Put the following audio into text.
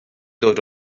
dod